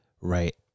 right